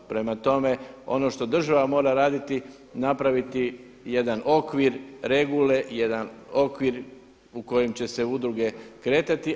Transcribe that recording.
Prema tome, ono što država mora raditi, napraviti jedan okvir regule, jedan okvir u kojem će se udruge kretati.